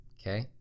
Okay